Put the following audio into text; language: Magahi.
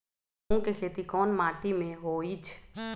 मूँग के खेती कौन मीटी मे होईछ?